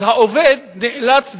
אז העובד נאלץ,